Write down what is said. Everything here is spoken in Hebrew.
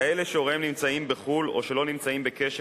כאלה שהוריהם נמצאים בחו"ל או שלא נמצאים בקשר